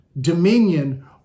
dominion